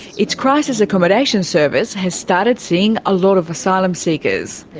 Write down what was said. its crisis accommodation service has started seeing a lot of asylum seekers.